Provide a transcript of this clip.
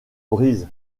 brise